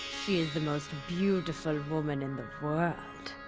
she is the most beautiful woman in the world.